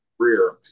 career